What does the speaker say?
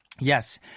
Yes